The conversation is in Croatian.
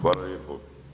Hvala lijepo.